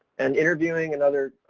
and interviewing and other,